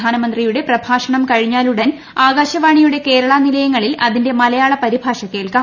പ്രധാന മന്ത്രിയുടെ പ്രഭാഷണം കൃഷിഞ്ഞയുടൻ ആകാശവാണിയുടെ കേരളനിലയങ്ങളിൽ അതിന്റെ മലയാള പരിഭാഷ കേൾക്കാം